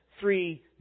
three